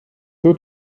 two